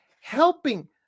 helping